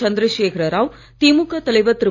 சந்திரசேகர ராவ் திமுக தலைவர் திரு